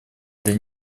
для